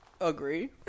agree